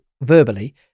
verbally